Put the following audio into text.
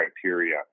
criteria